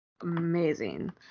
amazing